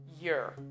year